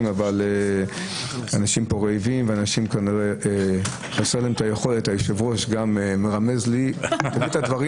אבל אנשים פה רעבים וגם היושב-ראש רומז לי להצטמצם.